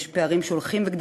ילדים רבים לא הולכים לבתי-ספר,